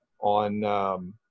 on